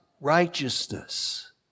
righteousness